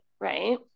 right